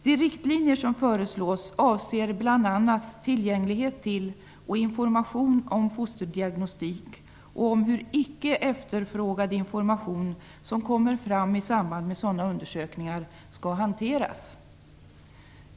De riktlinjer som föreslås avser bl.a. tillgänglighet till och information om fosterdiagnostik och om hur icke efterfrågad information som framkommer i samband med sådana undersökningar skall hanteras.